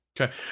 Okay